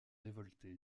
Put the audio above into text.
révolté